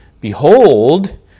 Behold